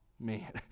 Man